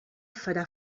farà